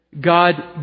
God